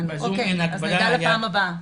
נדע לפעם הבאה.